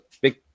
big